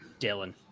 Dylan